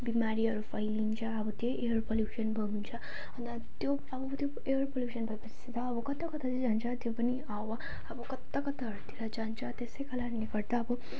बिमारीहरू फैलिन्छ अब त्यही एयर पल्युसन अब हुन्छ अन्त त्यो अब त्यो एयर पल्युसन भएपछि त अब कता कता चाहिँ जान्छ त्यो पनि हावा अब कता कताहरूतिर जान्छ त्यसै कारणले गर्दा अब